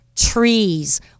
Trees